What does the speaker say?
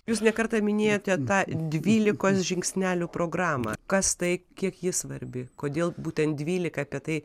jūs ne kartą minėjote tą dvylikos žingsnelių programą kas tai kiek ji svarbi kodėl būtent dvylikai apie tai